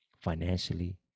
financially